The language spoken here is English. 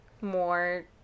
more